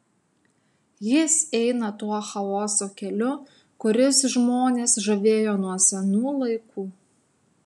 jis eina tuo chaoso keliu kuris žmonės žavėjo nuo senų laikų